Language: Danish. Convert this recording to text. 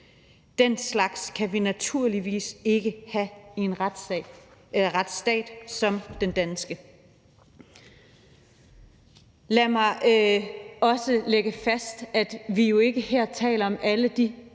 Den slags kan vi naturligvis ikke have i en retsstat som den danske. Lad mig også slå fast, at vi jo ikke her taler om alle de